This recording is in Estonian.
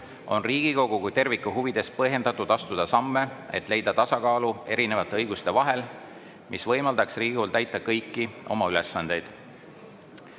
on Riigikogu kui terviku huvides põhjendatud astuda samme, et leida tasakaal erinevate õiguste vahel, mis võimaldaks Riigikogul täita kõiki oma ülesandeid.